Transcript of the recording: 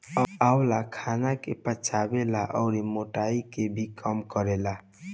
आंवला खाना के पचावे ला अउरी मोटाइ के भी कम करेला